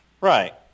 Right